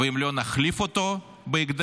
ואם לא נחליף אותו בהקדם,